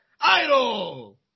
Idol